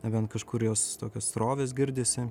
nebent kažkur jos tokios srovės girdisi